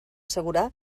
assegurar